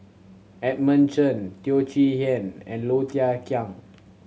Edmund Chen Teo Chee Hean and Low Thia Khiang